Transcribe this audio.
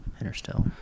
interstellar